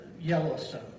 Yellowstone